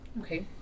Okay